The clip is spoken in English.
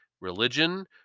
religion